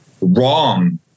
wrong